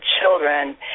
children